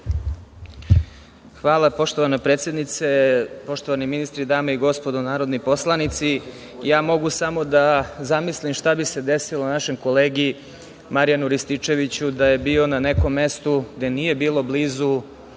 Hvala, poštovana predsednice, poštovani ministri, dame i gospodo narodni poslanici, ja mogu samo da zamislim šta bi se desilo našem kolegi Marijanu Rističeviću da je bio na nekom mestu gde nije bilo blizu